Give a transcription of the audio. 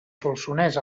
solsonès